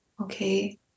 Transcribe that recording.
okay